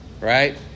right